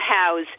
house